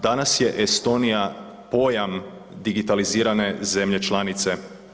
Danas je Estonija pojam digitalizirane zemlje članice.